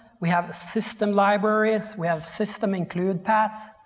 we have system libraries. we have system include paths.